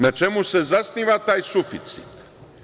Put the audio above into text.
Na čemu se zasniva taj suficit?